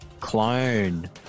Clone